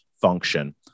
function